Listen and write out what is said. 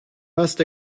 must